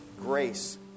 grace